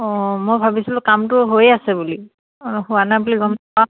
অঁ মই ভাবিছিলোঁ কামটো হৈয়ে আছে বুলি হোৱা নাই বুলি